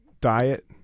diet